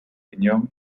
riñón